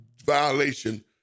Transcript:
violation